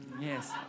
Yes